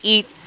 Eat